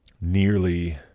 nearly